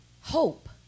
hope